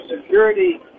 Security